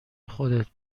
خودت